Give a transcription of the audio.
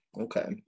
Okay